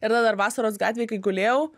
ir dar vasaros gatvėj kai gulėjau